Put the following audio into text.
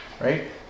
right